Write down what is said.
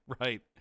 right